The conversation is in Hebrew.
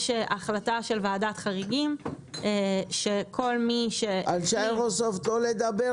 יש החלטה של ועדת חריגים שכל מי --- אנשי האיירוסופט לא לדבר,